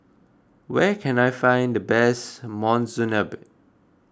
where can I find the best Monsunabe